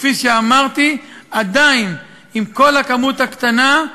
וכפי שאמרתי, עדיין, עם כל הכמות הקטנה,